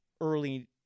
early